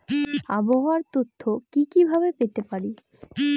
আবহাওয়ার তথ্য কি কি ভাবে পেতে পারি?